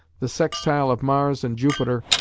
the sextile of mars and jupiter,